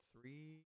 three